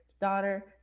daughter